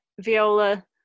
viola